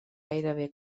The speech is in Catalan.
gairebé